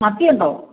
മത്തി ഉണ്ടോ